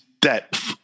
depth